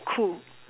cool